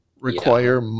Require